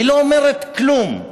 היא לא אומרת כלום,